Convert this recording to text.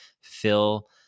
fill